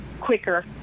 quicker